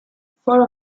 four